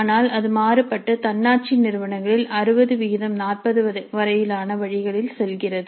ஆனால் அது மாறுபட்டு தன்னாட்சி நிறுவனங்களில் 6040 வரையிலான வழிகளில் செல்கிறது